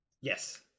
Yes